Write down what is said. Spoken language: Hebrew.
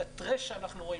את הטראש שאנחנו רואים,